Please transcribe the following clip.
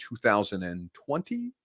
2020